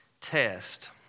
test